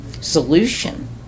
solution